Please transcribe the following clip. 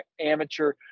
amateur